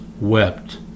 wept